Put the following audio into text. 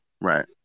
right